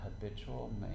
habitual